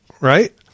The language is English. right